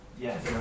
Yes